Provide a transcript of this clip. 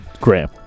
Graham